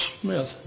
Smith